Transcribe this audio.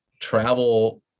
travel